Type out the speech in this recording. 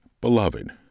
Beloved